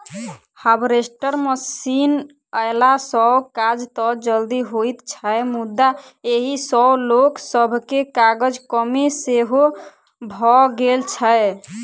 harvester machine अयला सॅ काज त जल्दी होइत छै मुदा एहि सॅ लोक सभके काजक कमी सेहो भ गेल छै